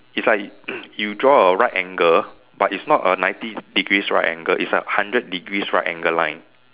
it's like you draw a right angle but it's not a ninety degrees right angle it's a hundred degrees right angle line